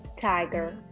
Tiger